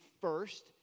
first